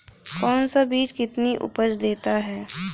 कौन सा बीज कितनी उपज देता है?